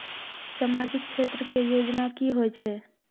समाजिक क्षेत्र के योजना की होय छै?